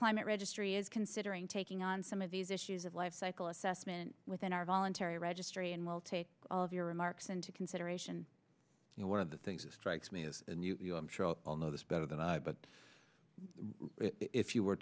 climate registry is considering taking on some of these issues of life cycle assessment within our voluntary registry and we'll take all of your remarks into consideration one of the things that strikes me is and you know this better than i but if you were